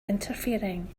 interfering